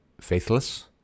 faithless